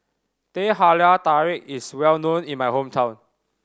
Teh Halia Tarik is well known in my hometown